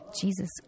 Jesus